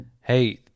hey